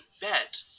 bet